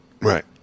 Right